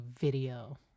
video